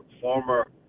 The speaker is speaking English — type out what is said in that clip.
former